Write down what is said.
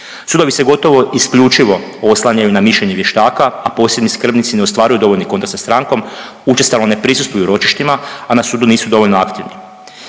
Sudovi se gotovo isključivo oslanjanju na mišljenje vještaka, a posebni skrbnici ne ostvaruju dovoljni kontakt sa strankom, učestalo ne prisustvuju ročištima, a na sudu nisu dovoljno aktivni.